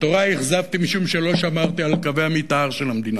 את הורי אכזבתי משום שלא שמרתי על קווי המיתאר של המדינה,